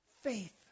faith